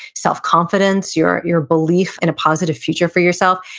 self-confidence, your your belief in a positive future for yourself,